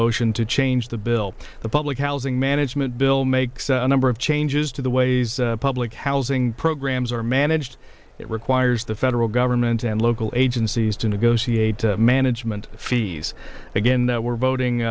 motion to change the bill the public housing management bill makes a number of changes to the ways public housing programs are managed it requires the federal government and local agencies to negotiate management fees again that we're voting